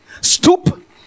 Stoop